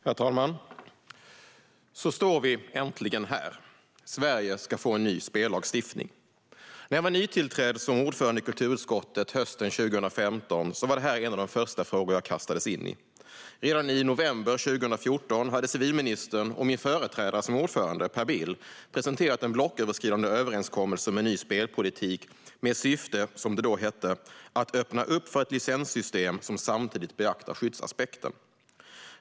Herr talman! Så står vi äntligen här - Sverige ska få en ny spellagstiftning. När jag var nytillträdd som ordförande i kulturutskottet hösten 2015 var det här en av de första frågor jag kastades in i. Redan i november 2014 hade civilministern och min företrädare som ordförande, Per Bill, presenterat en blocköverskridande överenskommelse om en ny spelpolitik med syfte, som det då hette, att öppna upp för ett licenssystem som samtidigt beaktar skyddsaspekten.